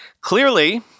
Clearly